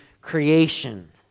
creation